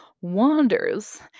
wanders